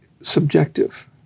subjective